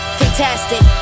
fantastic